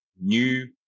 new